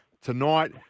Tonight